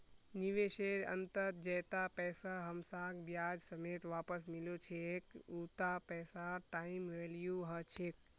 निवेशेर अंतत जैता पैसा हमसाक ब्याज समेत वापस मिलो छेक उता पैसार टाइम वैल्यू ह छेक